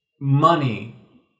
money